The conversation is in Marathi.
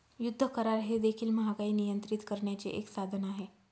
युद्ध करार हे देखील महागाई नियंत्रित करण्याचे एक साधन आहे